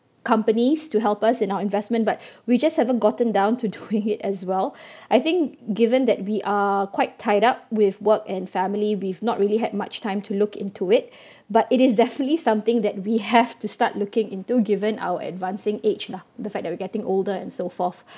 companies to help us in our investment but we just haven't gotten down to doing it as well I think given that we are quite tied up with work and family we've not really had much time to look into it but it is definitely something that we have to start looking into given our advancing age lah the fact that we getting older and so forth